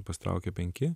pasitraukė penki